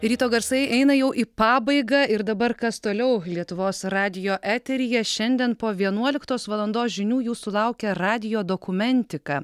ryto garsai eina jau į pabaigą ir dabar kas toliau lietuvos radijo eteryje šiandien po vienuoliktos valandos žinių jūsų laukia radijo dokumentika